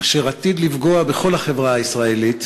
אשר עתיד לפגוע בכל החברה הישראלית,